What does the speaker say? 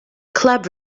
club